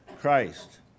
Christ